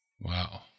Wow